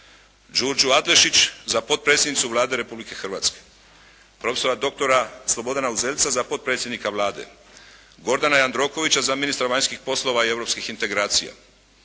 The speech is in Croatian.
Đurđu Adlešić za potpredsjednicu Vlade Republike Hrvatske, prof.dr. Slobodana Uzelca za potpredsjednika Vlade, Gordana Jandrokovića za ministra vanjskih poslova i europskih integracija,